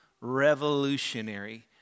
revolutionary